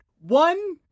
one